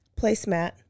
placemat